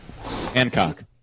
Hancock